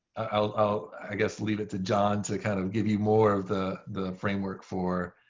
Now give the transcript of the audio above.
i'll, i guess, leave it to john to kind of give you more of the the framework for